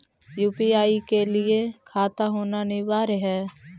UPI के लिए खाता होना अनिवार्य है?